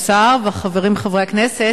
השר וחברים חברי הכנסת,